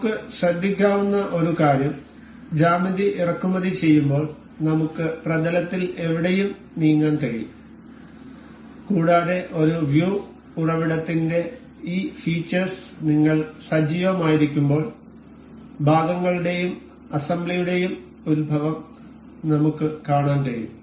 നമുക്ക് ശ്രദ്ധിക്കാവുന്ന ഒരു കാര്യം ജ്യാമിതി ഇറക്കുമതി ചെയ്യുമ്പോൾ നമുക്ക് പ്രതലത്തിൽ എവിടെയും നീങ്ങാൻ കഴിയും കൂടാതെ ഒരു വ്യൂ ഉറവിടത്തിന്റെ ഈ ഫീച്ചേഴ്സ് നിങ്ങൾ സജീവമാക്കിയിരിക്കുമ്പോൾ ഭാഗങ്ങളുടെയും അസംബ്ലിയുടെയും ഉത്ഭവം നമുക്ക് കാണാൻ കഴിയും